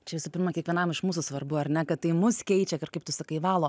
čia visų pirma kiekvienam iš mūsų svarbu ar ne kad tai mus keičia ir kaip tu sakai valo